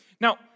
Now